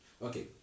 Okay